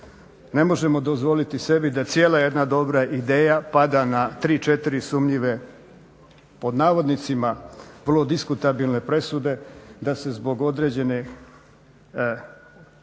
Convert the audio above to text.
Ne možemo dozvoliti sebi da cijela jedna dobra ideja pada na tri, četiri sumnjive pod navodnicima "vrlo diskutabilne" presude, da se zbog određenog